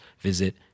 visit